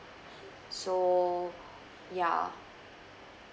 so ya